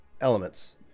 Elements